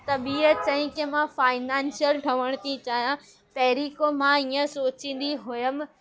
त ॿींअ चई की मां फाइनानशियल ठहण थी चाहियां पहिरीं को मां इअं सोचींदी हुअमि